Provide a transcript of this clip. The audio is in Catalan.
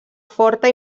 forta